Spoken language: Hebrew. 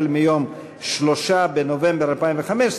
מיום 3 בנובמבר 2015,